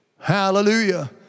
Hallelujah